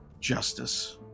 justice